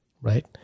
right